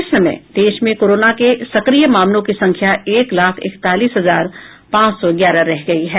इस समय देश में कोरोना के सक्रिय मामलों की संख्या एक लाख इकतालीस हजार पांच सौ ग्यारह रह गई है